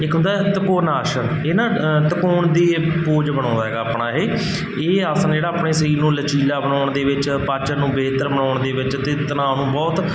ਇੱਕ ਹੁੰਦਾ ਤਿਕੌਣ ਆਸਣ ਇਹ ਨਾ ਤਿਕੌਣ ਦਾ ਪੋਜ ਬਣਾਉਂਦਾ ਹੈਗਾ ਆਪਣਾ ਇਹ ਇਹ ਆਸਣ ਜਿਹੜਾ ਆਪਣੇ ਸਰੀਰ ਨੂੰ ਲਚੀਲਾ ਬਣਾਉਣ ਦੇ ਵਿੱਚ ਪਾਚਨ ਨੂੰ ਬਿਹਤਰ ਬਣਾਉਣ ਦੇ ਵਿੱਚ ਅਤੇ ਤਣਾਅ ਨੂੰ ਬਹੁਤ